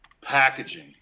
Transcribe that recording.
packaging